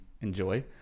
enjoy